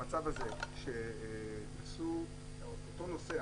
המצב הזה, שאותו נוסע